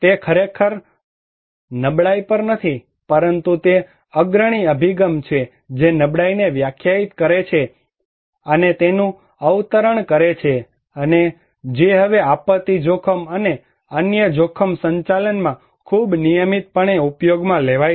તે ખરેખર નબળાઈ પર નથી પરંતુ તે એક અગ્રણી અભિગમ છે જે નબળાઈને વ્યાખ્યાયિત કરે છે અને તેનું અવતરણ કરે છે અને જે હવે આપત્તિ જોખમ અને અન્ય જોખમ સંચાલનમાં ખૂબ નિયમિતપણે ઉપયોગમાં લેવાય છે